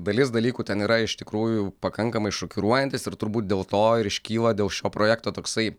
dalis dalykų ten yra iš tikrųjų pakankamai šokiruojantys ir turbūt dėl to ir iškyla dėl šio projekto toksai